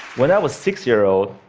when i was six years old,